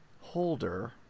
holder